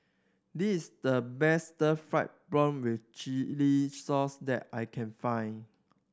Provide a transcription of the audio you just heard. this the best fried prawn with chili sauce that I can find